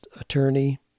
attorney